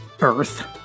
earth